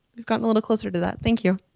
we've gotten a little closer to that, thank you.